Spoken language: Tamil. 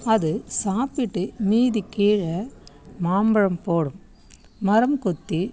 அது சாப்பிட்டு மீதி கீழே மாம்பழம் போடும் மரம்கொத்தி